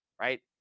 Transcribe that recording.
right